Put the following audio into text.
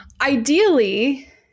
ideally